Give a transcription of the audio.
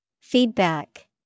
Feedback